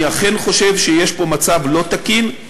אני אכן חושב שיש פה מצב לא תקין,